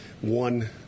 one